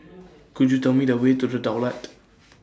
Could YOU Tell Me The Way to The Daulat